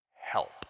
help